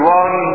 one